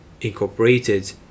incorporated